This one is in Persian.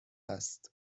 است